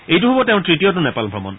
এইটো হ'ব তেওঁৰ তৃতীয়টো নেপাল ভ্ৰমণ